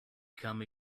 come